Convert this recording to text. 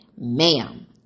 Ma'am